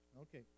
Okay